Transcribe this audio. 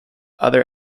other